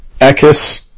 Echis